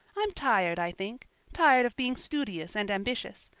i'm tired, i think tired of being studious and ambitious.